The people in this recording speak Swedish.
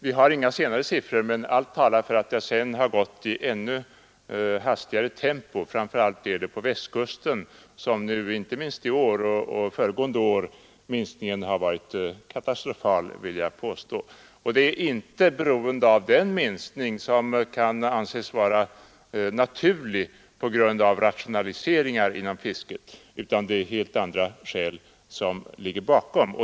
Vi har inga senare siffror, men allt talar för att det sedan har gått i allt hastigare tempo, framför allt på Västkusten där, inte minst i år och föregående år, minskningen varit kraftig. Men det är inte fråga om en minskning som kan anses vara naturlig på grund av rationaliseringar inom fisket, utan det är helt andra skäl som ligger bakom.